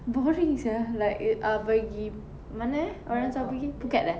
boring sia like pergi mana eh orang selalu pergi phuket eh